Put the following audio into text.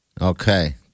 Okay